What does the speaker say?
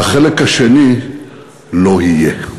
והחלק השני לא יהיה.